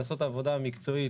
לעשות את העבודה המקצועית.